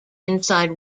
inside